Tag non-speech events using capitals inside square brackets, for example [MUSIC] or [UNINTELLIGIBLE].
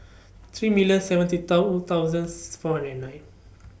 three million seventy [UNINTELLIGIBLE] thousandth four hundred and nine